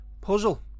puzzle